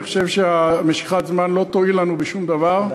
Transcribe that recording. אני חושב שמשיכת הזמן לא תועיל לנו בשום דבר,